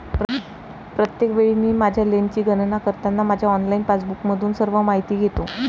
प्रत्येक वेळी मी माझ्या लेनची गणना करताना माझ्या ऑनलाइन पासबुकमधून सर्व माहिती घेतो